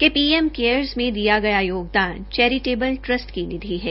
कि PM care में दिया गया योगदान चैरिटेबल ट्रस्ट की निधि है